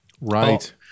Right